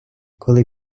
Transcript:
коли